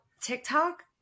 TikTok